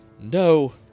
No